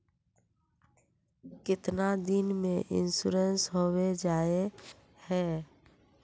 कीतना दिन में इंश्योरेंस होबे जाए है?